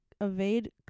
evade